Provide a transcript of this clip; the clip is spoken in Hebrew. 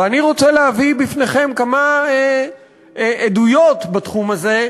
ואני רוצה להביא בפניכם כמה עדויות בתחום הזה,